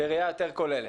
בראייה יותר כוללת.